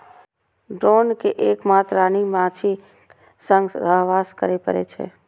drone कें एक मात्र रानी माछीक संग सहवास करै पड़ै छै